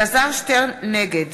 נגד